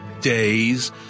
days